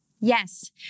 Yes